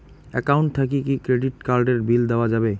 Account থাকি কি credit card এর বিল দেওয়া যাবে?